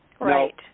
Right